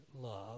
love